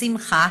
בשמחה